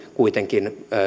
kuitenkin